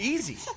Easy